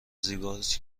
زیباست